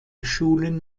schulen